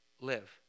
Live